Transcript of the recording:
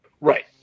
Right